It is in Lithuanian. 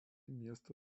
miesto